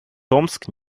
томск